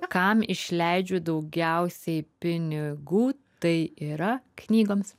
kam išleidžiu daugiausiai pinigų tai yra knygoms